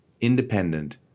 independent